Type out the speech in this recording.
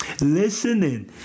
Listening